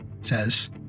says